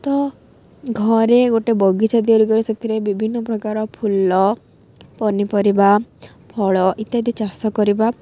ତ ଘରେ ଗୋଟେ ବଗିଚା ତିଆରି କରି ସେଥିରେ ବିଭିନ୍ନ ପ୍ରକାର ଫୁଲ ପନିପରିବା ଫଳ ଇତ୍ୟାଦି ଚାଷ କରିବା